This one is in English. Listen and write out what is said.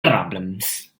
problems